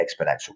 exponential